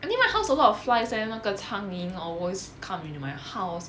I think my house a lot of flies leh 那个苍蝇 always come into my house